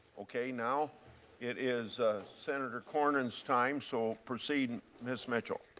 okay. now it is senator cornyn's time, so proceed ms. mitchell.